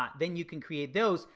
um then you can create those.